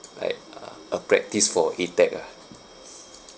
like ah a practice for atec ah